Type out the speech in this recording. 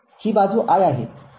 ही बाजू i आहे